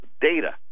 data